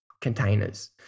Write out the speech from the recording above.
Containers